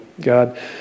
God